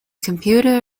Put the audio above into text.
computer